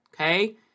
okay